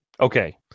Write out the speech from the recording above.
Okay